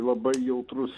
labai jautrus